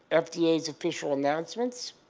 ah fda's official announcements,